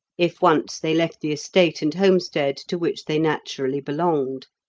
if once they left the estate and homestead to which they naturally belonged.